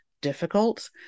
difficult